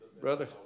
Brother